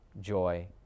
joy